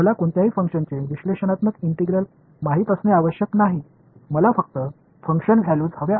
எனவே எந்தவொரு ஃபங்ஷனின் பகுப்பாய்வு ஒருங்கிணைப்பையும் நான் அறியத் தேவையில்லை எனக்கு ஃபங்ஷனின் மதிப்புகள் தேவை